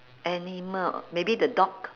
animal maybe the dog